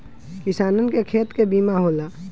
किसानन के खेत के बीमा होला